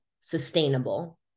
sustainable